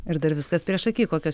ir dar viskas priešaky kokios